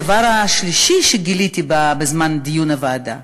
הדבר השלישי שגיליתי בדיון הוועדה,